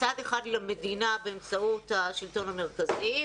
מצד אחד למדינה באמצעות השלטון המרכזי,